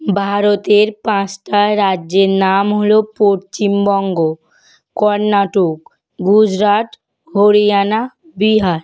ভারতের পাঁচটা রাজ্যের নাম হল পশ্চিমবঙ্গ কর্ণাটক গুজরাট হরিয়ানা বিহার